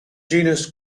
genus